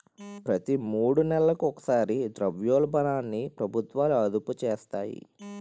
ప్రతి మూడు నెలలకు ఒకసారి ద్రవ్యోల్బణాన్ని ప్రభుత్వాలు అదుపు చేస్తాయి